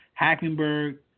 Hackenberg